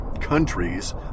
countries